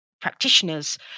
practitioners